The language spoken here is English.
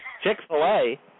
Chick-fil-A